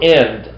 end